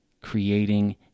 creating